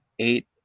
eight